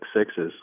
sixes